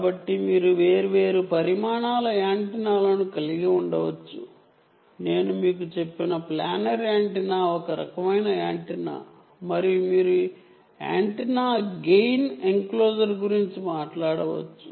కాబట్టి మీరు వేర్వేరు పరిమాణాల యాంటెన్నాలను కలిగి ఉండవచ్చు నేను మీకు చెప్పిన ప్లానర్ యాంటెన్నా ఒక రకమైన యాంటెన్నా మరియు మీరు యాంటెన్నాగెయిన్ ఎన్క్లోజర్ గురించి మాట్లాడవచ్చు